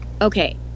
okay